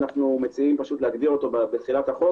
אנחנו מציעים פשוט להגדיר אותו בתחילת החוק